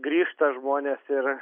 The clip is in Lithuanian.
grįžta žmonės ir